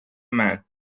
man